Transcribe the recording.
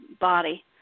body